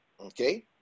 Okay